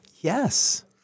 Yes